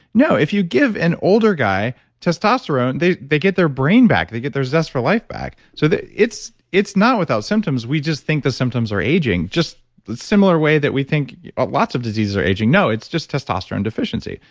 no, if you give an older guy testosterone, they they get their brain back. they get their zest for life back. so, it's it's not without symptoms, we just think the symptoms are aging, just similar way that we think lots of diseases are aging. no, it's just testosterone deficiency.